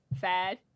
fad